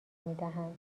میدهند